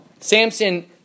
Samson